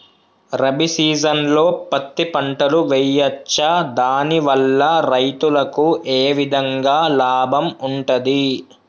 రబీ సీజన్లో పత్తి పంటలు వేయచ్చా దాని వల్ల రైతులకు ఏ విధంగా లాభం ఉంటది?